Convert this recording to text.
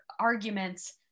arguments